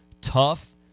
tough